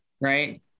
Right